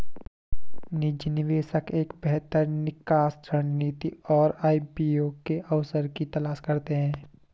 निजी निवेशक एक बेहतर निकास रणनीति और आई.पी.ओ के अवसर की तलाश करते हैं